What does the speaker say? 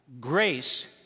grace